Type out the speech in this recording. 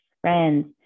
friends